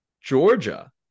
Georgia